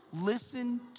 listen